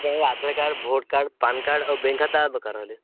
ହଁ Aadhaar card vote card PAN card ଆଉ bank ଖାତା ଦରକାର ହେଲେ